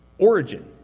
Origin